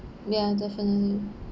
ya definitely